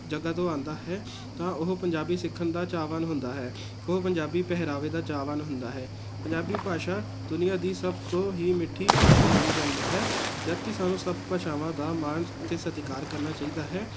ਜਗ੍ਹਾ ਤੋਂ ਆਉਂਦਾ ਹੈ ਤਾਂ ਉਹ ਪੰਜਾਬੀ ਸਿੱਖਣ ਦਾ ਚਾਹਵਾਨ ਹੁੰਦਾ ਹੈ ਉਹ ਪੰਜਾਬੀ ਪਹਿਰਾਵੇ ਦਾ ਚਾਹਵਾਨ ਹੁੰਦਾ ਹੈ ਪੰਜਾਬੀ ਭਾਸ਼ਾ ਦੁਨੀਆਂ ਦੀ ਸਭ ਤੋਂ ਹੀ ਮਿੱਠੀ ਭਾਸ਼ਾ ਮੰਨੀ ਜਾਂਦੀ ਹੈ ਜਦਕਿ ਸਾਨੂੰ ਸਭ ਭਾਸ਼ਾਵਾਂ ਦਾ ਮਾਣ ਅਤੇ ਸਤਿਕਾਰ ਕਰਨਾ ਚਾਹੀਦਾ ਹੈ